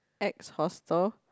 Egg Hostel